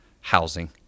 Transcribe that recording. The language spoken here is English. housing